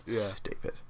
Stupid